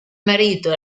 marito